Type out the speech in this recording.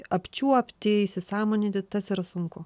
apčiuopti įsisąmoninti tas yra sunku